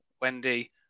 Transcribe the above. wendy